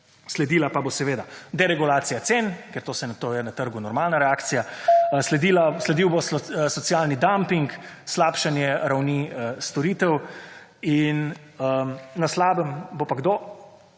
sledila pa bo seveda deregulacija cen, ker to je na trgu normalna reakcija, / znak za konec razprave/ sledil bo socialni dumping, slabšanje ravni storitev in na slabem bo pa kdo?